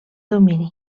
domini